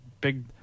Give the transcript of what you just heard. big